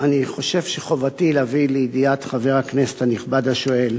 אני חושב שחובתי להביא לידיעת חבר הכנסת הנכבד השואל